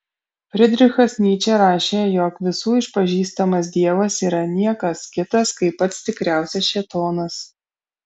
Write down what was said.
fridrichas nyčė rašė jog visų išpažįstamas dievas yra niekas kitas kaip pats tikriausias šėtonas